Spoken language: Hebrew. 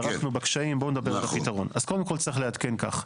אז קודם כל צריך לעדכן כך,